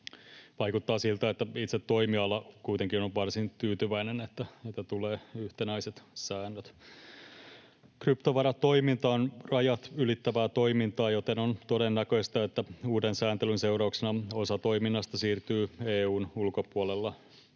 Vaikuttaa siltä, että itse toimiala kuitenkin on varsin tyytyväinen, että tulee yhtenäiset säännöt. Kryptovaratoiminta on rajat ylittävää toimintaa, joten on todennäköistä, että uuden sääntelyn seurauksena osa toiminnasta siirtyy EU:n ulkopuolelle.